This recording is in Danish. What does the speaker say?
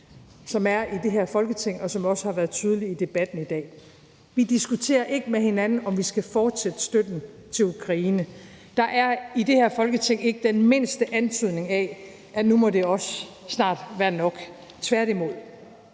som er i det her Folketing, og som også har været tydelig i debatten i dag. Vi diskuterer ikke med hinanden, om vi skal fortsætte støtten til Ukraine. Der er i det her Folketing ikke den mindste antydning af, at det nu også snart må ved at være nok, tværtimod.